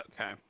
Okay